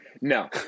No